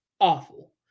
awful